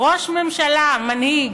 ראש ממשלה, מנהיג.